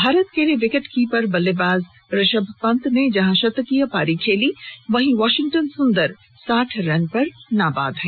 भारत के लिए विकेटकीपर बल्लेबाज ऋषभ पंत ने जहां शतकीय पारी खेली वहीं वाशिंगटन सुंदर साठ रन पर नाबाद हैं